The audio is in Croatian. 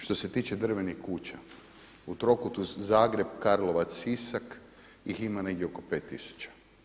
Što se tiče drvenih kuća u trokutu Zagreb, Karlovac, Sisak ih ima negdje oko 5000.